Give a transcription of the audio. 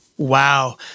Wow